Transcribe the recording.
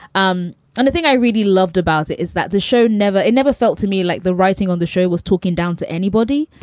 um and the thing i really loved about it is that the show never it never felt to me like the writing on the show was talking down to anybody.